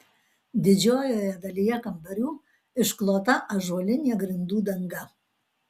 didžiojoje dalyje kambarių išklota ąžuolinė grindų danga